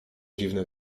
dziwne